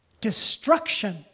Destruction